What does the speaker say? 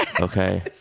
Okay